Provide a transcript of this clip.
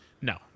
No